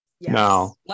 No